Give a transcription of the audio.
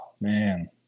man